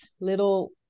little